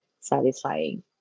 satisfying